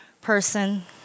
person